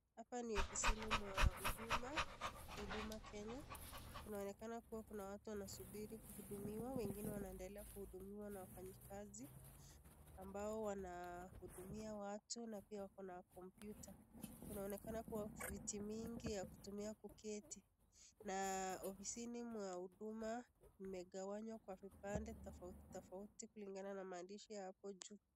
Hapa ni ofisini mwa Huduma Kenya, kunaonekana kuwa kuna watu wanasubiri kuhudumiwa, wengine wanaendelea kuhudumiwa na wafanyikazi, ambao wanahudumia watu na pia wako na komptuta, kunaonekana kuwa fiti mingi ya kutumia kuketi, na ofisini mwa huduma, mmegawanywa kwa vipande tofauti tofauti kulingana na maandishi ya hapo juu.